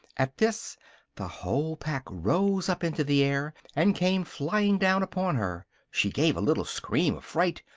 at this the whole pack rose up into the air, and came flying down upon her she gave a little scream of fright,